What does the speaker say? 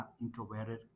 introverted